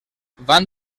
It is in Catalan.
van